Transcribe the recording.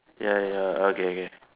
ya ya okay okay